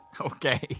Okay